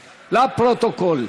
לפרוטוקול.